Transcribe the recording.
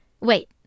Wait